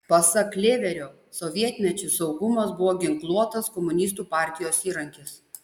pasak lėverio sovietmečiu saugumas buvo ginkluotas komunistų partijos įrankis